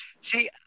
See